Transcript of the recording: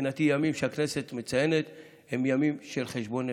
מבחינתי ימים שהכנסת מציינת הם ימים של חשבון נפש: